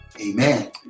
Amen